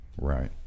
Right